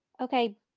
Okay